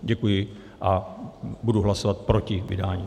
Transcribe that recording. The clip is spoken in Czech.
Děkuji a budu hlasovat proti vydání.